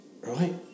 right